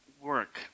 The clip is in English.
work